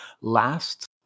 Last